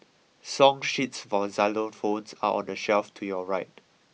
song sheets for xylophones are on the shelf to your right